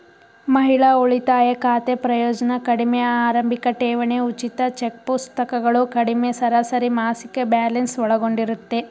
ಮಹಿಳಾ ಉಳಿತಾಯ ಖಾತೆ ಪ್ರಯೋಜ್ನ ಕಡಿಮೆ ಆರಂಭಿಕಠೇವಣಿ ಉಚಿತ ಚೆಕ್ಪುಸ್ತಕಗಳು ಕಡಿಮೆ ಸರಾಸರಿಮಾಸಿಕ ಬ್ಯಾಲೆನ್ಸ್ ಒಳಗೊಂಡಿರುತ್ತೆ